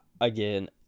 again